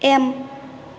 M